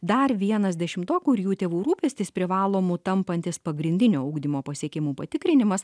dar vienas dešimtokų ir jų tėvų rūpestis privalomu tampantis pagrindinio ugdymo pasiekimų patikrinimas